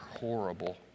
Horrible